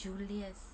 julius